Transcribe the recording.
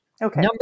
Okay